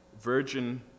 virgin